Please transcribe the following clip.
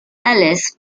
alice